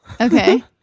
Okay